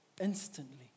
instantly